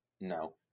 No